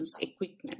equipment